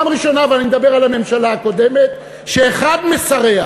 ואני מדבר על הממשלה הקודמת, שאחד משריה